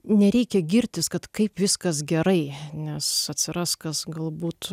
nereikia girtis kad kaip viskas gerai nes atsiras kas galbūt